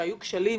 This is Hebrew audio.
שכשהיו כשלים